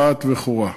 רהט וחורה.